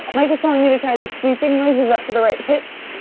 mike was telling me to try these sweeping noises up to the right pitch.